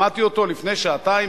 שמעתי אותו לפני שעתיים,